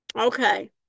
Okay